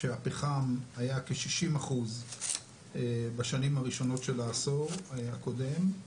שהפחם היה כ-60% בשנים הראשונות של העשור הקודם,